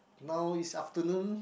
now is afternoon